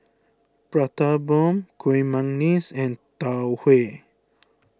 Prata Bomb Kueh Manggis and Tau Huay